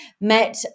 met